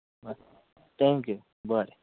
thank you बरें